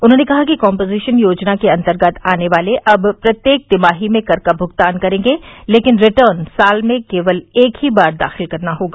उन्होंने कहा कि कम्पोजिशन योजना के अन्तर्गत आने वाले अब प्रत्येक तिमाही में कर का भुगतान करेंगे लेकिन रिटर्न साल में केवल एक ही बार दाखिल करना होगा